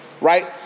Right